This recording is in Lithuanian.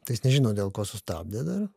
tai jis nežino dėl ko sustabdė dar